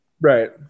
Right